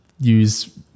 use